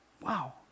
Wow